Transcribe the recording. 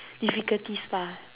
difficulties lah